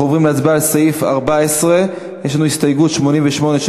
אנחנו עוברים להצבעה על סעיף 14. יש לנו הסתייגות 88,